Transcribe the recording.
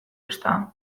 ezta